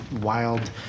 wild